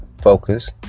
focus